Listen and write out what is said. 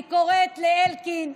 אני קוראת לאלקין,